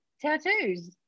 tattoos